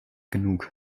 genug